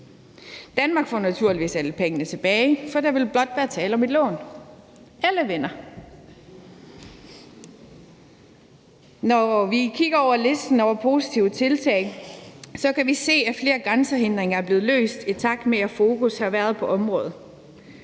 Danmark får naturligvis alle pengene tilbage, for der vil blot være tale om et lån. Alle vinder. Når vi kigger på listen over positive tiltag, kan vi se, at flere grænsehindringer er blevet fjernet, i takt med at fokus har været på området.